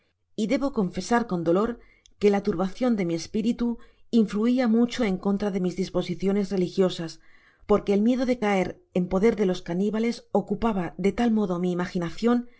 y debo confesar con dolor que la turbacion de mi espiritu influia mucho en contra de mis disposiciones religiosas porque el miedo de caer en poder de los canibalesocupaba de tal modo mi imaginacion